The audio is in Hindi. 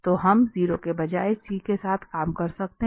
तो हम 0 के बजाय c के साथ काम कर सकते हैं